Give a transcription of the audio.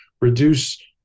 reduce